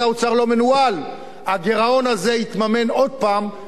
הגירעון הזה ימומן עוד הפעם על גב הקבוצות החלשות.